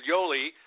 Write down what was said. Yoli